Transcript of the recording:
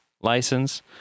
license